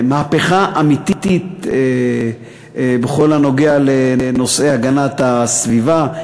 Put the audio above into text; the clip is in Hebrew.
מהפכה אמיתית בכל הנוגע לנושאי הגנת הסביבה,